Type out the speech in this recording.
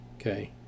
Okay